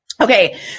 Okay